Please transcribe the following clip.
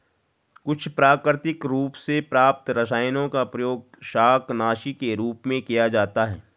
कुछ प्राकृतिक रूप से प्राप्त रसायनों का प्रयोग शाकनाशी के रूप में किया जाता है